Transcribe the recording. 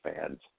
fans